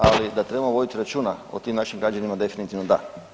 Ali da trebamo voditi računa o tim našim građanima definitivno da.